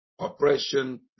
oppression